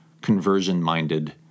conversion-minded